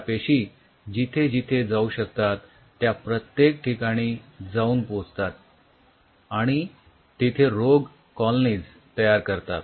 त्या पेशी जिथे जिथे जाऊ शकतात त्या प्रत्येक ठिकाणी जाऊन पोहोचतात आणि तिथे रोग कॉलोनीज तयार करतात